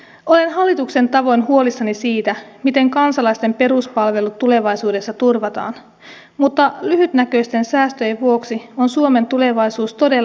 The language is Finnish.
olen hallituksen tavoin huolissani siitä miten kansalaisten peruspalvelut tulevaisuudessa turvataan mutta lyhytnäköisten säästöjen vuoksi on suomen tulevaisuus todella huolestuttava